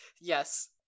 Yes